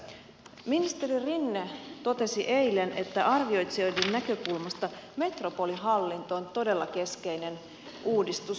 ministeri rinne totesi eilen että arvioitsijoiden näkökulmasta metropolihallinto on todella keskeinen uudistus